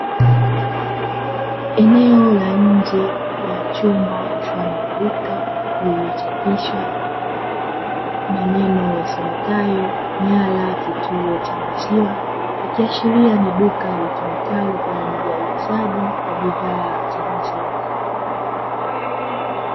Eneo la nje ya chumba mfano wa duka lililochapishwa maneno yasomekayo "Nyala kituo cha maziwa", ikiashiria ni duka litumikalio kwa ajili ya uuzaji wa bidhaa za maziwa.